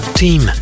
team